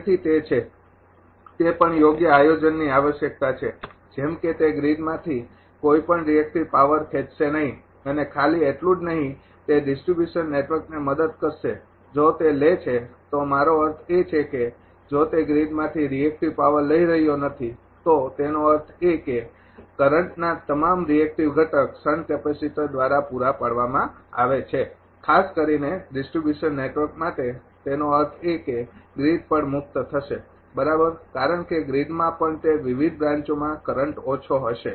તેથી તે છે તે પણ યોગ્ય આયોજનની આવશ્યકતા છે જેમ કે તે ગ્રીડમાંથી કોઈ પણ રિએક્ટિવ પાવર ખેંચશે નહીં અને ખાલી એટલુ જ નહીં તે ડિસ્ટ્રિબ્યુશન નેટવર્કને મદદ કરશે જો તે લે છે તો મારો અર્થ એ છે કે જો તે ગ્રીડમાંથી રિએક્ટિવ પાવર લઈ રહ્યો નથી તો તેનો અર્થ એ છે કે કરંટના તમામ રિએક્ટિવ ઘટક શંટ કેપેસિટર દ્વારા પૂરા પાડવામાં આવે છે ખાસ કરી ને ડિસ્ટ્રિબ્યુશન નેટવર્ક માટે તેનો અર્થ એ કે ગ્રીડ પણ મુક્ત થશે બરાબર કારણ કે ગ્રીડમાં પણ તે વિવિધ બ્રાંચોમાં કરંટ ઓછો હશે